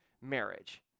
marriage